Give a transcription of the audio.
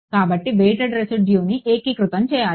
కాబట్టి వెయిటెడ్ రెసిడ్యును ఏకీకృతం చేయాలి